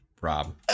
Rob